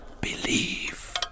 believe